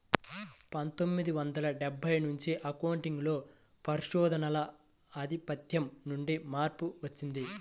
పందొమ్మిది వందల డెబ్బై నుంచి అకౌంటింగ్ లో పరిశోధనల ఆధిపత్యం నుండి మార్పు వచ్చింది